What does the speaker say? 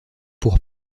pour